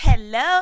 Hello